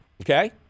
okay